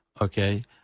okay